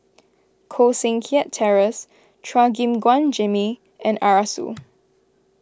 Koh Seng Kiat Terence Chua Gim Guan Jimmy and Arasu